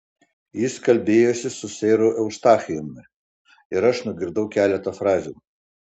jis kalbėjosi su seru eustachijumi ir aš nugirdau keletą frazių